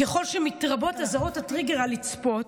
ככל שמתרבות אזהרות הטריגר על לצפות,